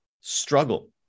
struggle